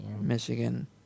Michigan